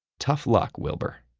tough luck, wilbur.